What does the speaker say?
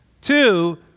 Two